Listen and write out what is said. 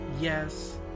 Yes